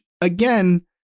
again